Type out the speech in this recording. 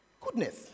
goodness